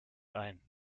ein